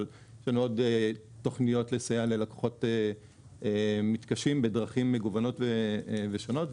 אבל יש לנו עוד תוכניות לסייע ללקוחות מתקשים בדרכים מגוונות ושונות,